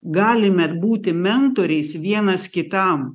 galime būti mentoriais vienas kitam